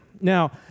Now